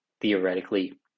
theoretically